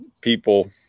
people